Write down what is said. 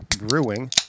Brewing